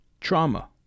trauma